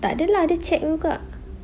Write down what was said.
takde lah dia check juga